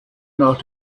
nach